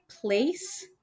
place